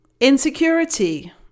Insecurity